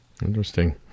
Interesting